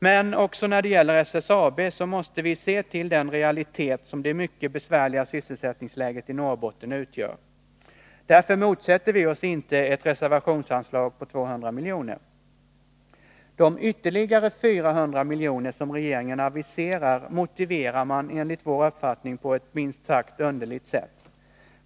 Men också när det gäller SSAB måste vi se till den realitet som det mycket besvärliga sysselsättningsläget i Norrbotten utgör. Därför motsätter vi oss inte ett reservationsanslag på 200 miljoner. De ytterligare 400 miljoner som regeringen aviserar, motiverar man enligt vår uppfattning på ett minst sagt underligt sätt.